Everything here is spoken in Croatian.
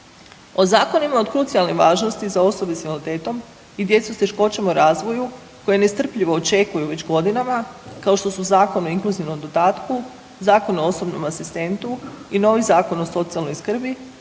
O zakonima od krucijalne važnosti za osobe s invaliditetom i djecu s teškoćama u razvoju koje nestrpljivo očekuju već godinama kao što su Zakon o inkluzivnom dodatku, Zakon o osobnom asistentu i novi Zakon o socijalnoj skrbi,